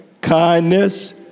kindness